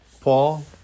Paul